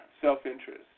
self-interest